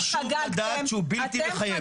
חשוב לדעת שהוא בלתי מחייב.